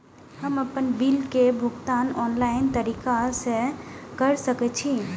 हम आपन बिल के भुगतान ऑनलाइन तरीका से कर सके छी?